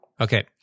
Okay